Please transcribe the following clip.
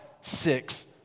six